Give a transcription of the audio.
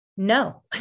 No